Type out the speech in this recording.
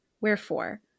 Wherefore